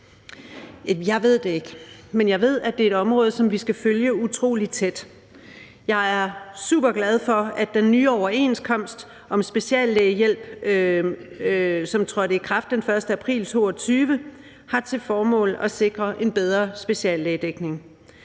Jeg ved det ikke, men jeg ved, at det er et område, som vi skal følge utrolig tæt. Jeg er superglad for, at den nye overenskomst om speciallægehjælp, som trådte i kraft den 1. april 2022, har til formål at sikre en bedre speciallægedækning.